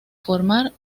formar